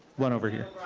one over here